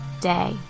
day